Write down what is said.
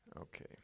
Okay